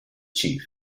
chief